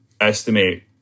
estimate